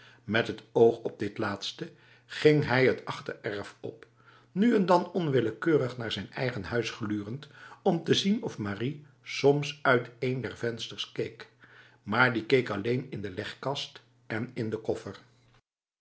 met het oog op dit laatste ging hij het achtererf op nu en dan onwillekeurig naar zijn eigen huis glurend om te zien of marie soms uit een der vensters keek maar die keek alleen in de legkast en in de koffer